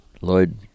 Lloyd